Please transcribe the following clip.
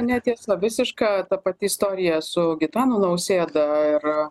netiesa visiška ta pati istorija su gitanu nausėda ir